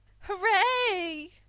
hooray